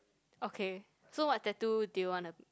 okay so what tattoo do you wanna